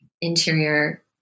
interior